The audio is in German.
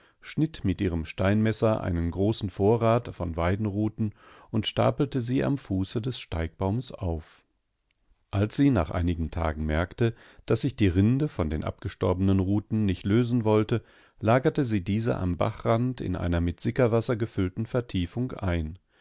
schnitt mit ihrem steinmesser einen großen vorrat von weidenruten und stapelte sie am fuße des steigbaumes auf als sie nach einigen tagen merkte daß sich die rinde von den abgestorbenen ruten nicht lösen wollte lagerte sie diese am bachrand in einer mit sickerwasser gefüllten vertiefung ein